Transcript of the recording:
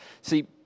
See